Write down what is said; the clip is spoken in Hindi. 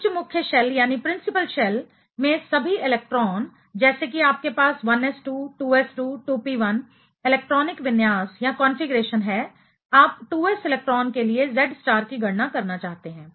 उच्च मुख्य शेल प्रिंसिपल शेल में सभी इलेक्ट्रॉन जैसे कि आपके पास 1s2 2s2 2p1 इलेक्ट्रॉनिक विन्यास कंफीग्रेशन है आप 2s इलेक्ट्रॉन के लिए Z स्टार की गणना करना चाहते हैं